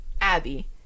Abby